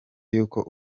y’uko